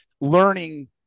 learning